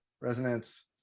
resonance